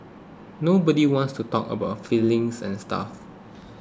nobody wants to talk about feelings and stuff